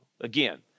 again